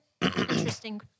Interesting